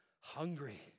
hungry